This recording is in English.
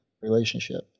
relationship